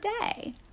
day